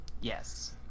Yes